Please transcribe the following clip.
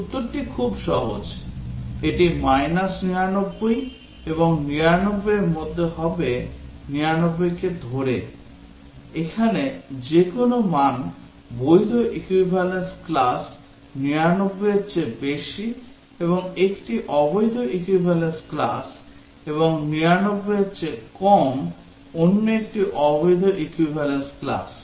উত্তরটি খুব সহজ এটি minus 99 এবং 99 র মধ্যে হবে 99 কে ধরে এখানে যে কোনও মান বৈধ equivalence class 99 এর চেয়ে বেশি একটি অবৈধ equivalence class এবং 99 এর চেয়ে কম অন্য একটি অবৈধ equivalence class